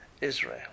Israel